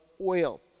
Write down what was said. oil